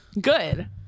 Good